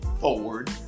forward